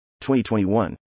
2021